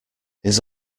his